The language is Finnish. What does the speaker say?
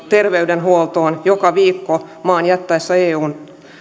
terveydenhuoltoon joka viikko maan jättäessä eun